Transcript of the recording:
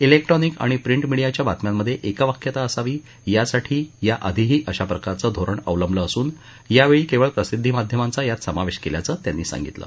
सिक्ट्रॉनिक आणि प्रिट मिडियाच्या बातम्यांमध्ये एकवाक्यता असावी यासाठी याआधीही अशा प्रकारचं धोरण अवलंबलं असून यावेळी केवळ प्रसिद्धीमाध्यमांचा यात समावेश केल्याचं त्यांनी सांगितलं